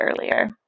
earlier